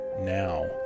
now